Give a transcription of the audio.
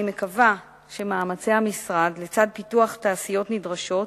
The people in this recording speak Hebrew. אני מקווה שמאמצי המשרד, לצד פיתוח תעשיות נדרשות,